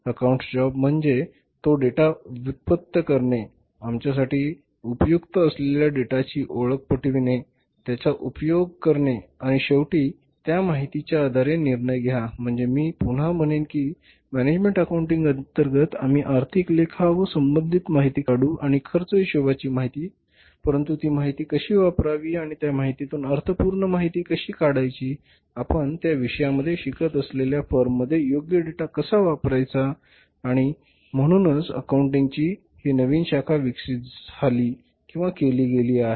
accountants job म्हणजे तो data व्युत्पन्न करणे आमच्यासाठी उपयुक्त असलेल्या डेटाची ओळख पटविणे त्याचा उपयोग करणे आणि शेवटी त्या माहितीच्या आधारे निर्णय घ्या म्हणजे मी पुन्हा म्हणेन की मॅनेजमेंट अकाउंटिंग अंतर्गत आम्ही आर्थिक लेखा व संबंधित माहिती काढू आणि खर्च हिशोबाची माहिती परंतु ती माहिती कशी वापरावी आणि त्या माहितीतून अर्थपूर्ण माहिती कशी काढायची आपण त्या विषयामध्ये शिकत असलेल्या फर्ममध्ये योग्य डेटा कसा वापरायचा आणि म्हणूनच अकाउंटिंगची ही नवीन शाखा विकसित झाली किंवा केली गेली आहे